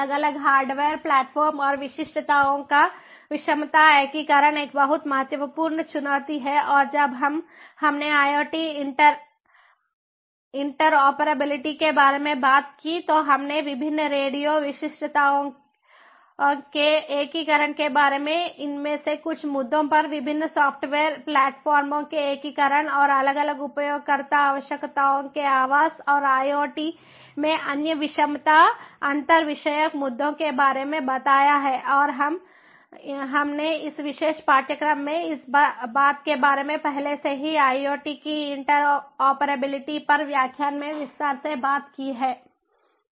अलग अलग hardware platform और विशिष्टताओं का विषमता एकीकरण एक बहुत महत्वपूर्ण चुनौती है और जब हमने IoT इंटरऑपरेबिलिटी के बारे में बात की तो हमने विभिन्न रेडियो विशिष्टताओं के एकीकरण के बारे में इनमें से कुछ मुद्दों पर विभिन्न सॉफ्टवेयर प्लेटफार्मों के एकीकरण और अलग अलग उपयोगकर्ता आवश्यकताओं के आवास और आईओटी में अन्य विषमता अंतर विषयक मुद्दे के बारे में बताया है और और हमने इस विशेष पाठ्यक्रम में इस बात के बारे में पहले से ही आईओटी की इंटरऑपरेबिलिटी पर व्याख्यान में विस्तार से बात की थी